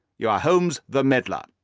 you are holmes, the meddler.